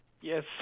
Yes